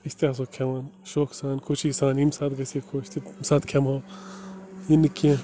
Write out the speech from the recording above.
أسۍ تہِ آسو کھٮ۪وان شوقہٕ سان خوشی سان ییٚمہِ ساتہٕ گژھِ ہے خوش تہِ تَمہِ ساتہٕ کھٮ۪مہٕ ہو یہِ نہٕ کیٚنٛہہ